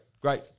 great